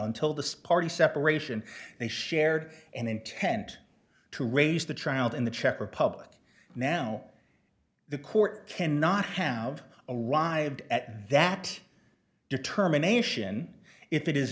until the party separation they shared and intend to raise the child in the czech republic now the court cannot have arrived at that determination if it is